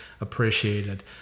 appreciated